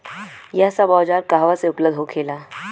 यह सब औजार कहवा से उपलब्ध होखेला?